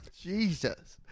Jesus